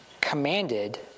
commanded